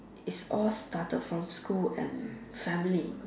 is all started from school and family